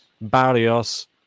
Barrios